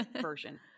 version